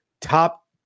top